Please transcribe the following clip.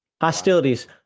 hostilities